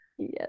yes